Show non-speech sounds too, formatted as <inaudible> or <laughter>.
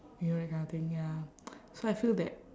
you know that kind of thing ya <noise> so I feel that